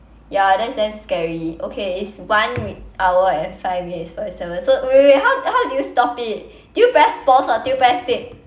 ya that's damn scary okay it's one hour and five minutes forty seven so wait wait how how do you stop it do you press pause or do you press tick